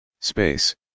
Space